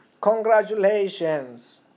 Congratulations